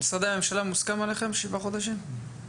משרדי הממשלה, מוסכם עליכם שבעה חודשים?